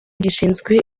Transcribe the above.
gishinzwe